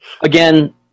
Again